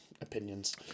Opinions